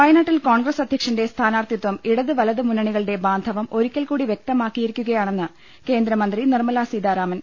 വയനാട്ടിൽ കോൺഗ്രസ് അധ്യക്ഷന്റെ സ്ഥാനാർത്ഥിത്വം ഇടത് വലത് മുന്നണികളുടെ ബാന്ധവം ഒരിക്കൽക്കൂടി വ്യക്തമാക്കി യിരിക്കുകയാണെന്ന് കേന്ദ്രമന്ത്രി നിർമ്മലാ സീതാരാമൻ